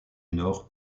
nord